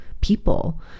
people